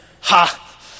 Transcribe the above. ha